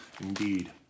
Indeed